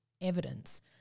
evidence